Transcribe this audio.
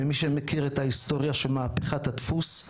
ומי שמכיר את ההיסטוריה של מהפכת הדפוס,